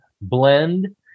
blend